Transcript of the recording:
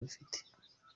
bifite